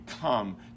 come